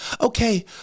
Okay